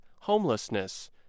homelessness